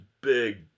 big